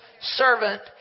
Servant